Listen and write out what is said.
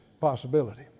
possibility